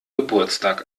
geburtstag